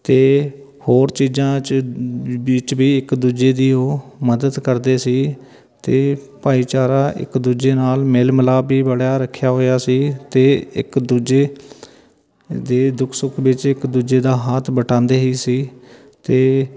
ਅਤੇ ਹੋਰ ਚੀਜ਼ਾਂ 'ਚ ਵਿੱਚ ਵੀ ਇੱਕ ਦੂਜੇ ਦੀ ਉਹ ਮਦਦ ਕਰਦੇ ਸੀ ਅਤੇ ਭਾਈਚਾਰਾ ਇੱਕ ਦੂਜੇ ਨਾਲ ਮੇਲ ਮਿਲਾਪ ਵੀ ਬੜਾ ਰੱਖਿਆ ਹੋਇਆ ਸੀ ਅਤੇ ਇੱਕ ਦੂਜੇ ਦੇ ਦੁੱਖ ਸੁੱਖ ਵਿੱਚ ਇੱਕ ਦੂਜੇ ਦਾ ਹੱਥ ਵਟਾਉਂਦੇ ਹੀ ਸੀ ਅਤੇ